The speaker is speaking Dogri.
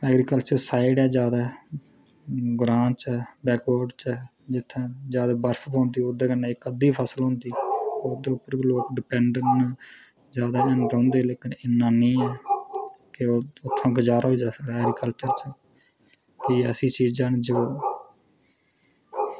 एग्रीकल्चर साईड ऐ जादै ग्रांऽ च ऐ बैकबर्ड च ऐ जित्थें जादै बर्फ पौंदी उत्थें जादै अद्धी फसल होंदी ओह्दे पर गै लोग डिपैंड न जादै बी निं बाहंदे पर इन्ना निं ऐ की ओह् गुजारा होई सकदा ऐ एग्रीकल्चर च कि ऐसियां चीज़ां न जो